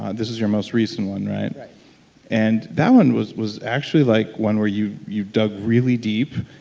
ah this is your most recent one right? right and that one was was actually like one where you you dug really deep